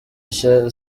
nshya